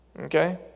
Okay